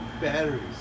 batteries